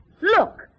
Look